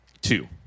two